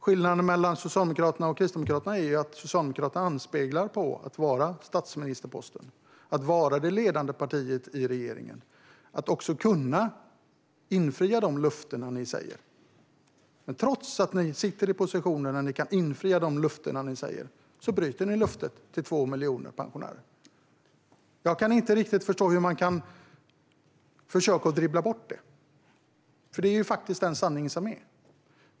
Skillnaden mellan Socialdemokraterna och Kristdemokraterna är att Socialdemokraterna aspirerar på att ha statsministerposten och vara det ledande partiet i regeringen och kunna infria de löften ni ger. Trots att ni sitter i en position där ni kan infria de löften ni ger bryter ni löftet till 2 miljoner pensionärer. Jag kan inte riktigt förstå hur man kan försöka att dribbla bort det. Det är faktiskt den sanning som finns.